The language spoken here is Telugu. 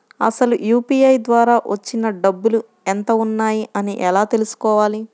అసలు యూ.పీ.ఐ ద్వార వచ్చిన డబ్బులు ఎంత వున్నాయి అని ఎలా తెలుసుకోవాలి?